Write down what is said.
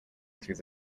through